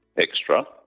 extra